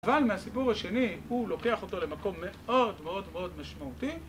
אבל מהסיפור השני, הוא לוקח אותו למקום מאוד מאוד מאוד משמעותי